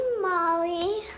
Molly